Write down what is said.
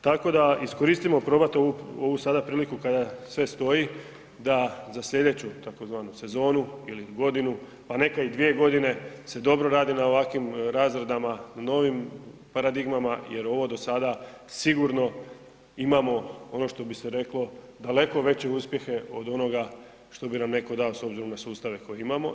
Tako da iskoristimo probat ovu sada priliku kada sve stoji da za slijedeću tzv. sezonu ili godinu, pa neka i dvije godine se dobro radi na ovakvim razradama novim paradigmama jer ovo do sada sigurno imamo ono što bi se reklo daleko veće uspjehe od onoga što bi nam netko dao s obzirom na sustave koje imamo.